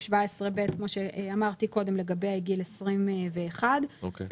17(ב) כמו שאמרתי קודם לגבי גיל 21. אוקיי.